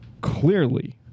clearly